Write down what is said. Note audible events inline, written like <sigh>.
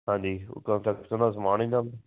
ਹਾਂਜੀ ਉ ਕੰਨਸਟਰਕਸ਼ਨ ਦਾ ਸਮਾਨ ਏ <unintelligible>